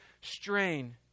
strain